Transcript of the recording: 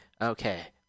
okay